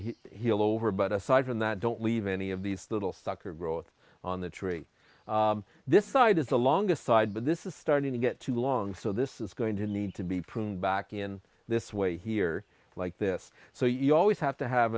the heel over but aside from that don't leave any of these little sucker growth on the tree this side is the longest side but this is starting to get too long so this is going to need to be pruned back in this way here like this so you always have to have